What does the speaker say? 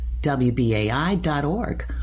WBAI.org